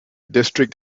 district